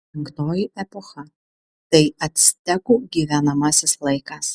penktoji epocha tai actekų gyvenamasis laikas